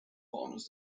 partners